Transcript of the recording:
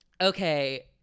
Okay